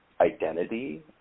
identity